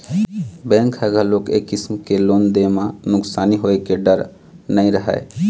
bank ह घलोक ए किसम के लोन दे म नुकसानी होए के डर नइ रहय